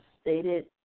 stated